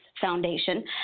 Foundation